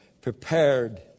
prepared